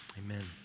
amen